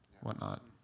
whatnot